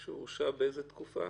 הוא הורשע באיזה תקופה?